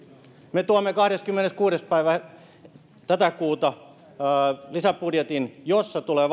me tuomme kahdeskymmeneskuudes päivä tätä kuuta lisäbudjetin jossa tulee